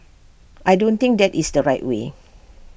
I don't think that is the right way